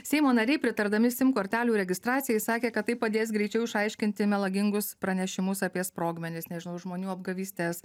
seimo nariai pritardami sim kortelių registracijai sakė kad tai padės greičiau išaiškinti melagingus pranešimus apie sprogmenis nežinau žmonių apgavystes